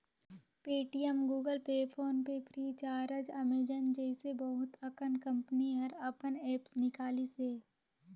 Paytm, Google Pay, PhonePe Freecharge, Amazon जइसे बहुत अकन कंपनी हर अपन ऐप्स निकालिसे